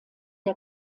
der